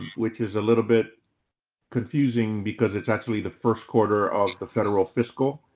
which is a little bit confusing because it's actually the first quarter of the federal fiscal